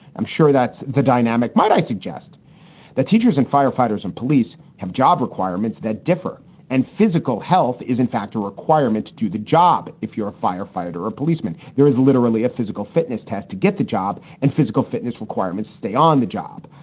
i'm sure that the dynamic might. i suggest that teachers and firefighters and police have job requirements that differ and physical health is, in fact a requirement to do the job. if you're a firefighter or a policeman, there is literally a physical fitness test to get the job and physical fitness requirements stay on the job.